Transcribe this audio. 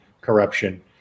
corruption